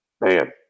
man